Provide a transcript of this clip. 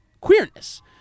queerness